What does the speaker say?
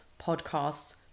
podcasts